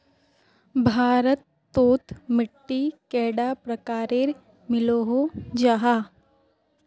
भारत तोत मिट्टी कैडा प्रकारेर मिलोहो जाहा?